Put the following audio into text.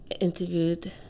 Interviewed